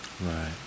Right